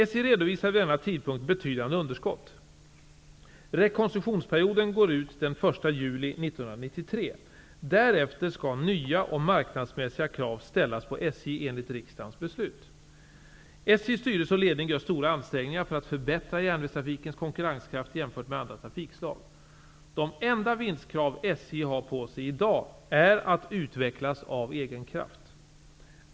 SJ redovisade vid denna tidpunkt betydande underskott. Därefter skall nya och marknadsmässiga krav ställas på SJ enligt riksdagens beslut. SJ:s styrelse och ledning gör stora ansträngningar för att förbättra järnvägstrafikens konkurrenskraft jämfört med andra trafikslag. De enda vinstkrav SJ har på sig i dag är att utvecklas av egen kraft.